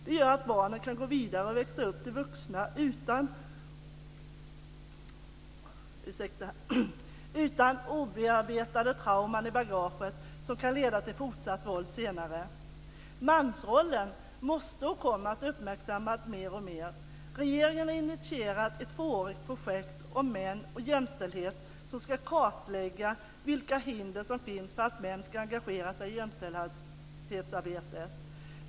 Det gör att barnen kan gå vidare och växa upp till vuxna utan obearbetade trauman i bagaget som kan leda till fortsatt våld senare. Mansrollen måste, och kommer att, uppmärksammas mer och mer. Regeringen har initierat ett tvåårigt projekt om män och jämställdhet som ska kartlägga vilka hinder som finns för att män ska engagera sig i jämställdhetsarbetet.